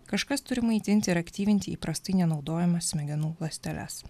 kažkas turi maitinti ir aktyvinti įprastai nenaudojamas smegenų ląsteles